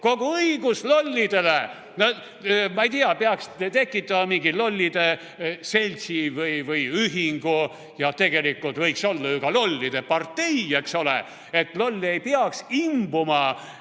Kogu õigus lollidele! No ma ei tea, peaks tekitama mingi lollide seltsi või ühingu ja tegelikult võiks olla ju ka lollide partei, eks ole, et loll ei peaks imbuma